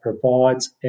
provides